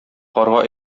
карга